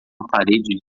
parede